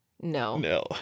No